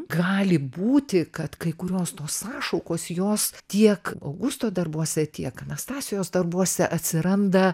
gali būti kad kai kurios tos sąšaukos jos tiek augusto darbuose tiek anastasijos darbuose atsiranda